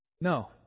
No